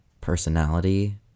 personality